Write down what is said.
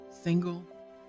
single